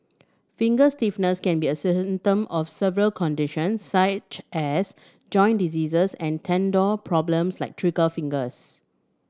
finger stiffness can be a symptom of several conditions such as joint diseases and tendon problems like trigger fingers